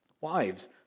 Wives